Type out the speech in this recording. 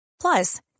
Plus